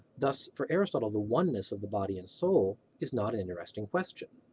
thus for aristotle the oneness of the body and soul is not an interesting question.